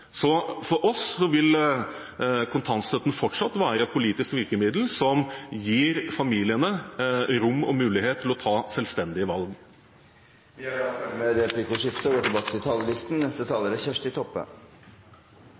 Så for oss vil kontantstøtten fortsatt være et politisk virkemiddel som gir familiene rom og mulighet for å ta selvstendige valg. Replikkordskiftet er omme. Alle menneske skal ha like rettar og like moglegheiter til